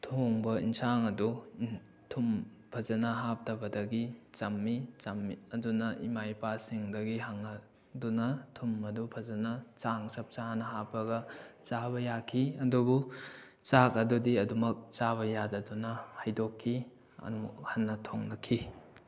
ꯊꯣꯡꯕ ꯑꯦꯟꯁꯥꯡ ꯑꯗꯨ ꯊꯨꯝ ꯐꯖꯅ ꯍꯥꯞꯇꯕꯗꯒꯤ ꯆꯝꯃꯤ ꯑꯗꯨꯅ ꯏꯃꯥ ꯏꯄꯥꯁꯤꯡꯗꯒꯤ ꯍꯪꯂꯗꯨꯅ ꯊꯨꯝ ꯑꯗꯨ ꯐꯖꯅ ꯆꯥꯡ ꯆꯞ ꯆꯥꯅ ꯍꯥꯞꯄꯒ ꯆꯥꯕ ꯌꯥꯈꯤ ꯑꯗꯨꯕꯨ ꯆꯥꯛ ꯑꯗꯨꯗꯤ ꯑꯗꯨꯝꯃꯛ ꯆꯥꯕ ꯌꯥꯗꯗꯨꯅ ꯍꯩꯗꯣꯛꯈꯤ ꯑꯃꯨꯛ ꯍꯟꯅ ꯊꯣꯡꯅꯈꯤ